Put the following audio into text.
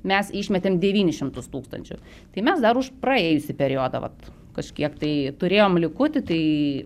mes išmetėm devynis šimtus tūkstančių tai mes dar už praėjusį periodą vat kažkiek tai turėjom likutį tai